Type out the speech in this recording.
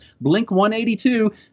Blink-182